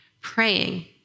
praying